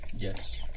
Yes